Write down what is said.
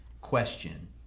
question